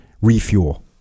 refuel